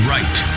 Right